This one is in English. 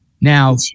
Now